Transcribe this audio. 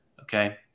okay